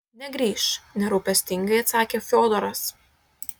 negrįš nerūpestingai atsakė fiodoras